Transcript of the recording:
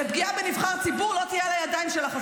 לפגיעה בנבחר ציבור לא תהיה על הידיים שלך,